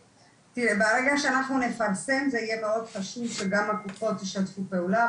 ברגע שאנחנו נפרסם זה יהיה מאוד חשוב שגם הקופות ישתפו פעולה,